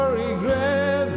regret